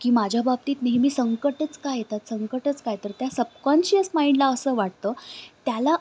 की माझ्या बाबतीत नेहमी संकटच का येतात संकटच काय तर त्या सपकाँशियस माइंडला असं वाटतं त्याला